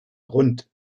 grund